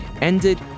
ended